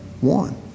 one